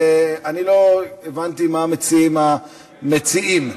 אני לא הבנתי מה מציעים המציעים.